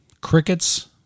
crickets